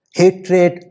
hatred